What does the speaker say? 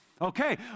Okay